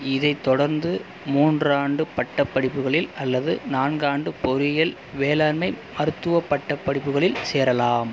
இதை தொடர்ந்து மூன்றாண்டு பட்டப் படிப்புகளில் அல்லது நான்காண்டு பொறியியல் வேளாண்மை மருத்துவப் பட்ட படிப்புகளில் சேரலாம்